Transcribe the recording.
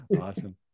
awesome